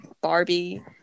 Barbie